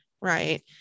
right